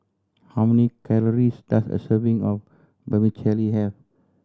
how many calories does a serving of Vermicelli have